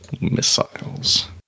missiles